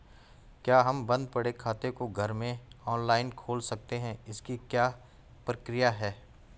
क्या हम बन्द पड़े खाते को घर में ऑनलाइन खोल सकते हैं इसकी क्या प्रक्रिया है?